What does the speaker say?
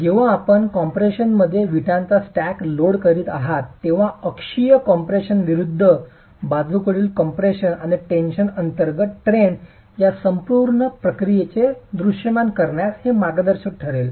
जेव्हा आपण कॉम्प्रेशनमध्ये विटांचा स्टॅक लोड करीत आहात तेव्हा अक्षीय कम्प्रेशन विरूद्ध बाजूकडील कम्प्रेशन आणि टेन्शन अंतर्गत ट्रेंड या संपूर्ण प्रक्रियेचे दृश्यमान करण्यास हे मार्गदर्शक ठरेल